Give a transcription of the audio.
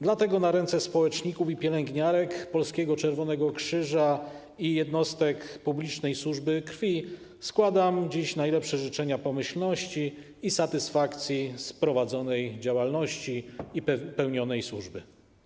Dlatego na ręce społeczników i pielęgniarek Polskiego Czerwonego Krzyża i jednostek publicznej służby krwi składam dziś najlepsze życzenia pomyślności i satysfakcji z prowadzonej działalności i pełnionej służby.